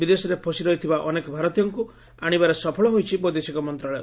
ବିଦେଶରେ ଫସି ରହିଥିବା ଅନେକ ଭାରତୀୟଙ୍କ ଆଶିବାରେ ସଫଳ ହୋଇଛି ବୈଦେଶିକ ମନ୍ତଶାଳୟ